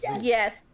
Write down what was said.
Yes